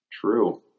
True